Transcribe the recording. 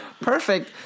Perfect